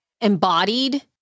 embodied